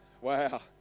Wow